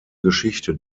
geschichte